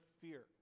fear